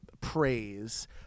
praise